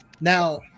Now